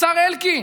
השר אלקין,